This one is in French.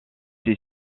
ses